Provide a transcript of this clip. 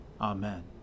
Amen